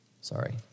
Sorry